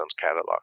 catalog